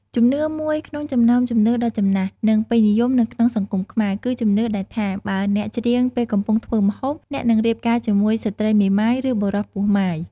ជំនឿមួយក្នុងចំណោមជំនឿដ៏ចំណាស់ និងពេញនិយមនៅក្នុងសង្គមខ្មែរ គឺជំនឿដែលថា "បើអ្នកច្រៀងពេលកំពុងធ្វើម្ហូប អ្នកនឹងរៀបការជាមួយស្ត្រីមេម៉ាយ ឬបុរសពោះម៉ាយ"។